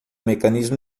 mecanismo